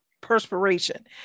perspiration